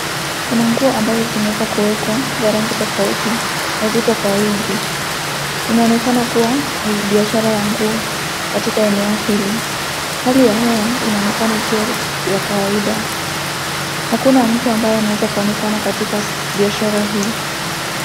Kuna nguo ambazo zimeweza kuwekwa za rangi tofauti na zipo kwa uwingi. Inaonekana kuwa ni biashara ya nguo katika eneo hili. Hali ya hewa inaonekana ikiwa ya kawaida hakuna mtu ambaye anaweza kuonekana katika biashara hii.